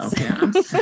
okay